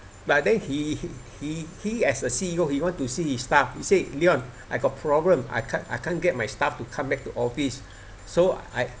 but then he he he as a C_E_O he want to see his staff he said leon I got problem I can't I can't get my staff to come back to office so I